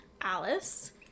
Alice